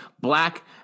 black